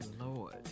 Lord